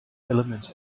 elements